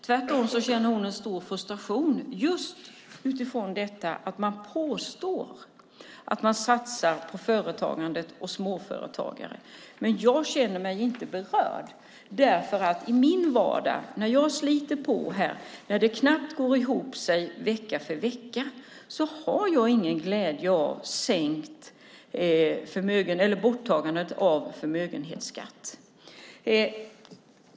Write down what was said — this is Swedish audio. Tvärtom känner hon en stor frustration just utifrån att man påstår att man satsar på företagandet och småföretagare: Jag känner mig inte berörd. I min vardag, när jag sliter på, när det knappt går ihop vecka för vecka, har jag ingen glädje av borttagandet av förmögenhetsskatten.